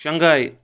شَنٛگاے